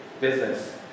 business